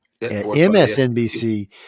MSNBC